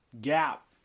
gap